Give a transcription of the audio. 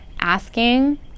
asking